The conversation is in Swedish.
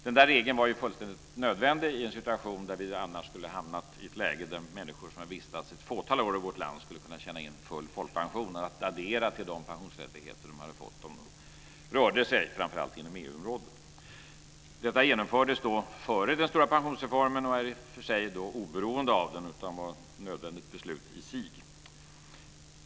Den där regeln var fullständigt nödvändig i det läget. Annars skulle vi hamnat i en situation där människor som vistats ett fåtal år i vårt land skulle ha kunnat tjäna in full folkpension, att addera till de pensionsrättigheter de hade fått om de rört sig framför allt inom EU-området. Detta genomfördes före den stora pensionsreformen men var i och för sig oberoende av den. Det var ett nödvändigt beslut i sig.